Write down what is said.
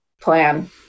plan